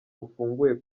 ufunguye